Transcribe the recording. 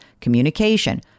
communication